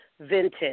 vintage